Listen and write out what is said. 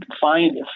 find